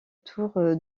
tour